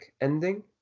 ending